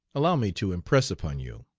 allow me to impress upon you